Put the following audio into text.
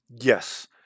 Yes